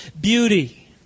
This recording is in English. beauty